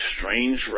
strange